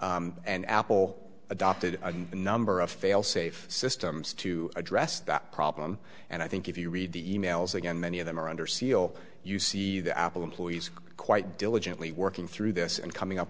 and apple adopted a number of failsafe systems to address that problem and i think if you read the e mails again many of them are under seal you see the apple employees quite diligently working through this and coming up